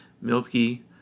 milky